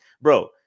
Bro